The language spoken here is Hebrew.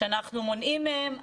שאנחנו מונעים מהם.